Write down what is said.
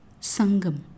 Sangam